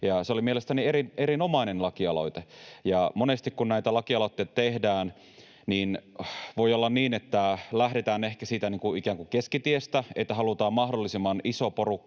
se oli mielestäni erinomainen lakialoite. Monesti kun näitä lakialoitteita tehdään, voi olla niin, että lähdetään ehkä siitä ikään kuin keskitiestä, että halutaan mahdollisimman iso porukka